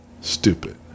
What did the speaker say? stupid